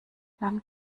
langt